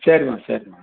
சரிம்மா சரிம்மா